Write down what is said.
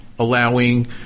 Allowing